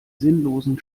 sinnlosen